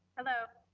hello.